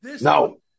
No